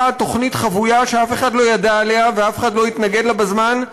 תוכנית חבויה שאף אחד לא ידע עליה ואף אחד לא התנגד לה בזמן,